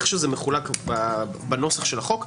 איך שזה מחולק בנוסח של החוק,